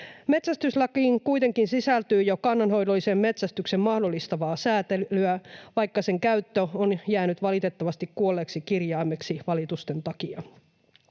Metsästyslakiin kuitenkin sisältyy jo kannanhoidollisen metsästyksen mahdollistavaa säätelyä, vaikka sen käyttö on jäänyt valitettavasti kuolleeksi kirjaimeksi valitusten takia.